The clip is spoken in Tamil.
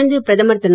தொடர்ந்து பிரதமர் திரு